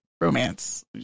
romance